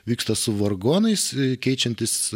vyksta su vargonais keičiantis